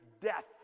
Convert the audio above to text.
death